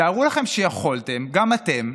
תארו לכם שיכולתם גם אתם,